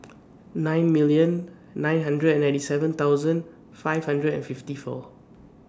nine million nine hundred and ninety seven thousand five hundred and fifty four